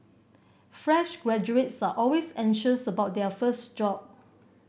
fresh graduates are always anxious about their first job